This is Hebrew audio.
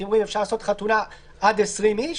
אם אפשר לעשות חתונה עד 20 איש,